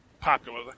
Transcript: popular